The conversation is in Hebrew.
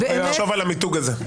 אני אחשוב על המיתוג הזה.